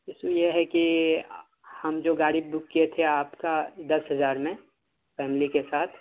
اس لیے ہے کہ ہم جو گاڑی بک کیے تھے آپ کا دس ہزار میں فیملی کے ساتھ